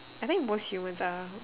I think most humans are